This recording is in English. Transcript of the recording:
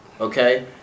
Okay